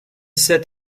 sept